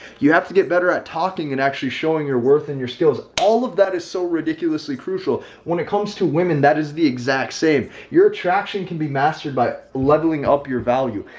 you have to get better at talking and actually showing your worth and your skills. all of that is so ridiculously crucial when it comes to women that is the exact same your attraction can be mastered by leveling up your value.